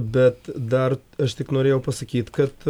bet dar aš tik norėjau pasakyt kad